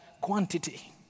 quantity